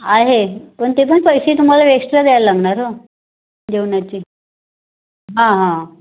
आहे पण ते पण पैसे तुम्हाला एक्स्ट्रा द्यायला लागणार हो जेवणाचे हां हां